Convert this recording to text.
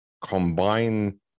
combine